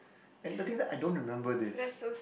and the thing is I don't remember this